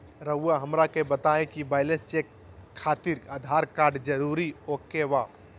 रउआ हमरा के बताए कि बैलेंस चेक खातिर आधार कार्ड जरूर ओके बाय?